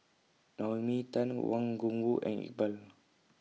Naomi Tan Wang Gungwu and Iqbal